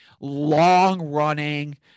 long-running